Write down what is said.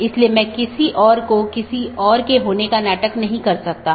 तो 16 बिट के साथ कई ऑटोनॉमस हो सकते हैं